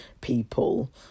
people